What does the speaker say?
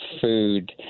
food